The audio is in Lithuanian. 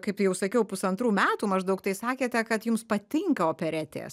kaip jau sakiau pusantrų metų maždaug tai sakėte kad jums patinka operetės